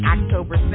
October